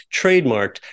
trademarked